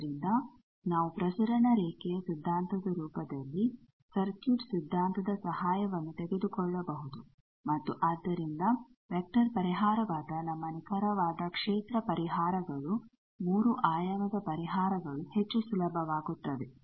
ಆದ್ದರಿಂದ ನಾವು ಪ್ರಸರಣ ರೇಖೆಯ ಸಿದ್ದಾಂತದ ರೂಪದಲ್ಲಿ ಸರ್ಕ್ಯೂಟ್ ಸಿದ್ದಾಂತದ ಸಹಾಯವನ್ನು ತೆಗೆದುಕೊಳ್ಳಬಹುದು ಮತ್ತು ಆದ್ದರಿಂದ ವೆಕ್ಟರ್ ಪರಿಹಾರವಾದ ನಮ್ಮ ನಿಖರವಾದ ಕ್ಷೇತ್ರ ಪರಿಹಾರಗಳು ಮೂರು ಆಯಾಮದ ಪರಿಹಾರಗಳು ಹೆಚ್ಚು ಸುಲಭವಾಗುತ್ತದೆ